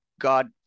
God